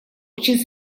очень